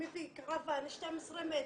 מביא קרוואן 12 מטר,